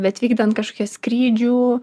bet vykdant kažkokias skrydžių